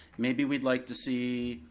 maybe we'd like to see,